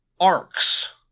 arcs